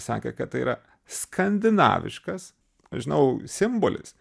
sakė kad tai yra skandinaviškas žinau simbolis